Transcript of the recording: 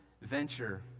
venture